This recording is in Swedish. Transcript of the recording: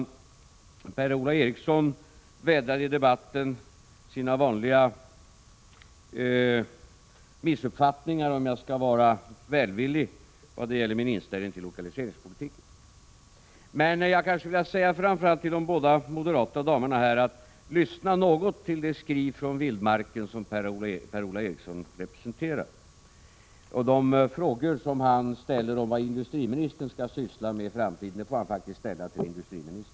Slutligen vädrar Per-Ola Eriksson i debatten sina vanliga missuppfattningar — om jag skall vara välvillig — i vad gäller min inställning till lokaliseringspolitiken. Framför allt skulle jag vilja rekommendera de båda moderata damerna att lyssna till det skri från vildmarken som Per-Ola Eriksson representerar. De frågor Per-Ola Eriksson ställer om vad industriministern skall syssla med i framtiden får han faktiskt ställa till industriministern.